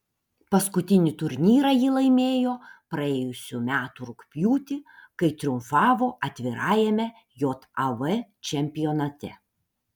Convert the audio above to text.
paskutinį turnyrą ji laimėjo praėjusių metų rugpjūtį kai triumfavo atvirajame jav čempionate